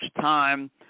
time